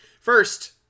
First